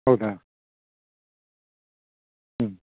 ಹೌದಾ ಹ್ಞೂ